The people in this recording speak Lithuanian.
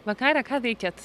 vakare ką veikiat